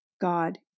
God